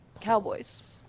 cowboys